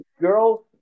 girls